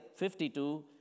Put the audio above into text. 52